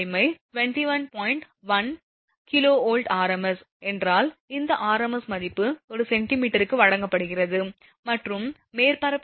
1 kV rms என்றால் இந்த rms மதிப்பு ஒரு சென்டிமீட்டருக்கு வழங்கப்படுகிறது மற்றும் மேற்பரப்பு காரணி 0